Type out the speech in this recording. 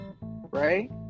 right